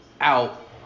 out